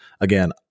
Again